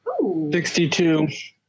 62